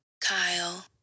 Kyle